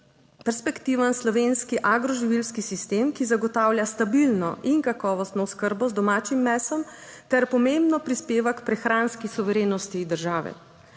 perspektiven slovenski agroživilski sistem, ki zagotavlja stabilno in kakovostno oskrbo z domačim mesom ter pomembno prispeva k prehranski suverenosti države.